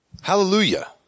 hallelujah